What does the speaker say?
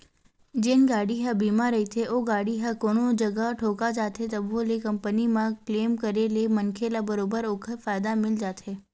जेन गाड़ी ह बीमा रहिथे ओ गाड़ी ह कोनो जगा ठोका जाथे तभो ले कंपनी म क्लेम करे ले मनखे ल बरोबर ओखर फायदा मिल जाथे